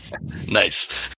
Nice